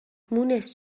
مونس